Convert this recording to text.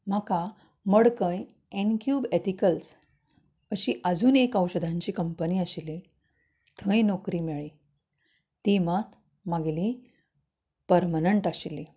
म्हाका Madkai Encube Ethicals अशी आजून एक औशधांची कंपनी आशिल्ली थंय नोकरी मेळ्ळीं ती मात म्हागेली परमनंट आशिल्ली